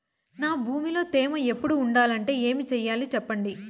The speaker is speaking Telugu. నా భూమిలో తేమ ఎప్పుడు ఉండాలంటే ఏమి సెయ్యాలి చెప్పండి?